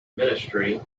ministry